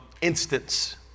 instance